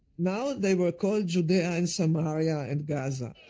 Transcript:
now they were called judea and samaria and gaza.